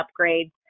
upgrades